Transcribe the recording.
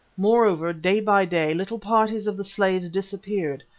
moreover, day by day little parties of the slaves disappeared,